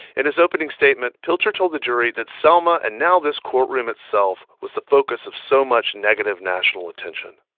in his opening statement, pilcher told the jury that selma and now this courtroom itself was the focus of so much negative national attention.